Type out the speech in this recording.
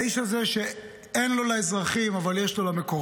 האיש הזה, שאין לו לאזרחים, אבל יש לו למקורבים.